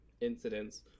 incidents